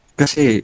kasi